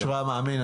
אשרי המאמין.